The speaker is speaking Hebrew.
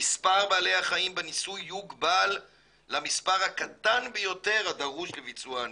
'מספר בעלי החיים בניסוי יוגבל למספר הקטן ביותר הדרוש לביצוע הניסוי'.